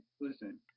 listen